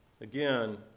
Again